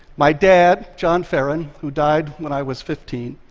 my dad, john ferren, who died when i was fifteen,